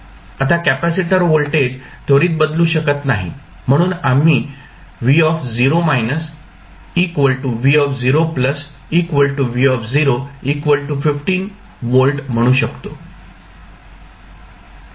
आता capacitor voltage त्वरित बदलू शकत नाही म्हणून आम्ही व्होल्ट म्हणू शकतो